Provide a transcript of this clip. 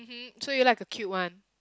so you like a cute one